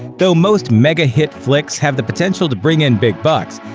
though most mega hit flicks have the potential to bring in big bucks,